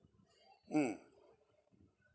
mm